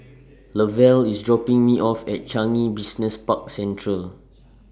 Lavelle IS dropping Me off At Changi Business Park Central